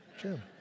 Jim